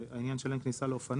העניין של אין כניסה לאופניים,